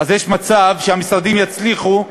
אז יש מצב שהמשרדים יצליחו